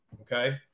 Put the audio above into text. okay